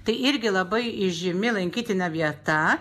tai irgi labai įžymi lankytina vieta